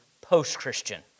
post-Christian